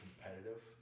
competitive